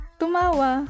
tumawa